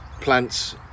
plants